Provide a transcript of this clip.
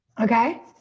okay